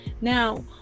Now